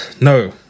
no